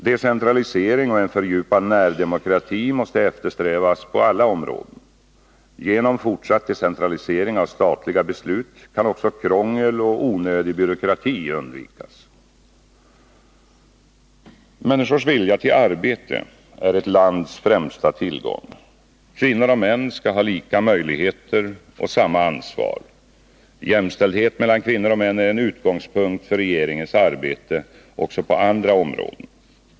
Decentralisering och en fördjupad närdemokrati måste eftersträvas på alla områden. Genom fortsatt decentralisering av statliga beslut kan också krångel och onödig byråkrati undvikas. Människors vilja till arbete är ett lands främsta tillgång. Kvinnor och män skall ha lika möjligheter och samma ansvar. Jämställdhet mellan kvinnor och män är en utgångspunkt för regeringens arbete också på andra områden.